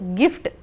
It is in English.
gift